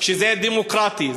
שזה דמוקרטי.